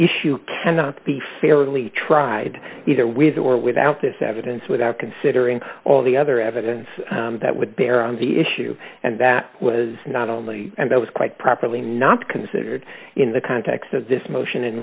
issue cannot be fairly tried either with or without this evidence without considering all the other evidence that would bear on the issue and that was not only and that was quite properly not considered in the context of this motion and